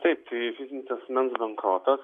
taip tai fizinis asmens bankrotas